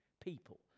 people